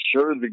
sure